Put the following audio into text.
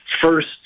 first